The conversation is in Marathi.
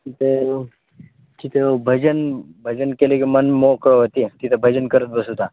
तिथे तिथं भजन भजन केले की मन मोकळं होते तिथं भजन करत बसू ता